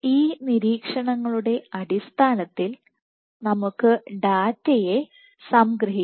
ഈ നിരീക്ഷണങ്ങളുടെ അടിസ്ഥാനത്തിൽ നമുക്ക് ഡാറ്റയെ Data സംഗ്രഹിക്കാം